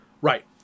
Right